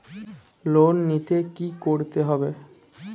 Loan নিতে কী করতে হবে?